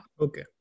Okay